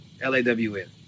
L-A-W-N